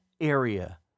area